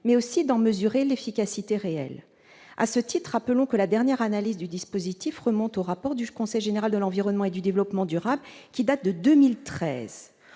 bilan de l'expérimentation. À ce titre, rappelons que la dernière analyse du dispositif remonte au rapport du Conseil général de l'environnement et du développement durable, qui date de 2013.